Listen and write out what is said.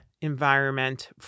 environment